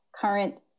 current